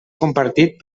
compartit